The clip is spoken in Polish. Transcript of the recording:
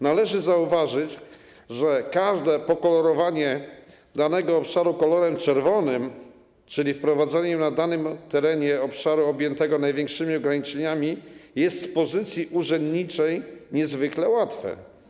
Należy zauważyć, że każde zaznaczenie danego obszaru kolorem czerwonym, czyli wprowadzenie na danym terenie obszaru objętego największymi ograniczeniami, jest z pozycji urzędniczej niezwykle łatwe.